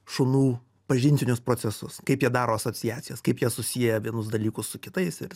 šunų pažintinius procesus kaip jie daro asociacijas kaip jie susieja vienus dalykus su kitais ir